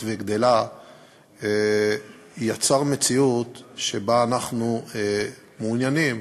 וגדלה יצר מציאות שבה אנחנו מעוניינים,